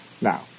Now